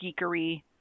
geekery